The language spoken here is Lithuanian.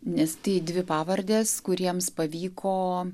nes tai dvi pavardės kuriems pavyko